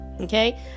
Okay